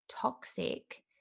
toxic